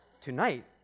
Tonight